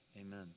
Amen